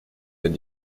wenn